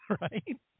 right